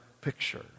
picture